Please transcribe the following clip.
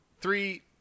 three